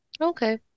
Okay